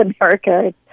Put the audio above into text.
America